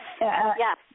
Yes